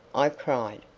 i cried.